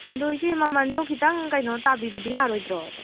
ꯑꯗꯣ ꯏꯆꯦ ꯃꯃꯜꯗꯣ ꯈꯤꯇꯪ ꯀꯩꯅꯣ ꯇꯥꯕꯤꯕꯗꯤ ꯌꯥꯔꯣꯏꯗ꯭ꯔꯣ ꯑꯗꯣ